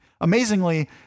Amazingly